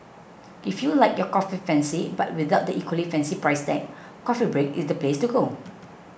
if you like your coffee fancy but without the equally fancy price tag Coffee Break is the place to go